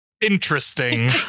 Interesting